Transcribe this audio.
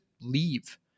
leave